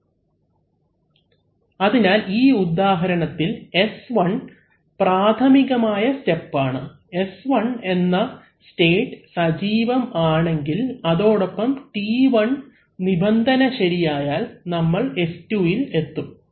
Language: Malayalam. അവലംബിക്കുന്ന സ്ലൈഡ് സമയം 0752 അതിനാൽ ഈ ഉദാഹരണത്തിൽ S1 പ്രാഥമികമായ സ്റ്റെപ് ആണ് S1 എന്ന സ്റ്റേറ്റ് സജീവം ആണെങ്കിൽ അതോടൊപ്പം T1 നിബന്ധന ശരിയായാൽ നമ്മൾ S2ഇൽ എത്തും